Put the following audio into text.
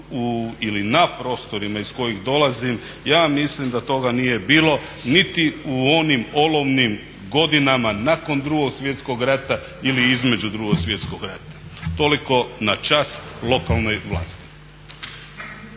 na prostorima iz kojih dolazim ja mislim da toga nije bilo niti u onim olovnim godinama nakon Drugog svjetskog rata ili između Drugog svjetskog rata. Toliko na čast lokalnoj vlasti.